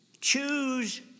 Choose